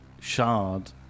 shard